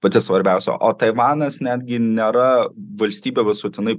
pati svarbiausia o taivanas netgi nėra valstybė visuotinai